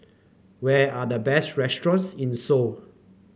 where are the best restaurants in Seoul